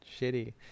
shitty